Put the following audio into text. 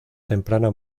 temprana